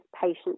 patients